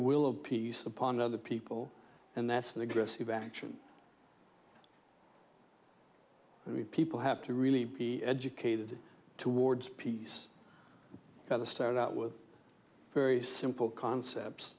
of peace upon other people and that's an aggressive action i mean people have to really be educated towards peace gotta start out with very simple concepts